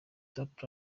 top